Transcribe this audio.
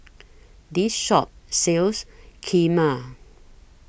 This Shop sells Kheema